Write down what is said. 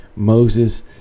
Moses